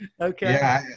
Okay